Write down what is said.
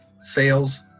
sales